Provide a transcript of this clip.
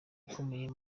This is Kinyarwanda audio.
akomeye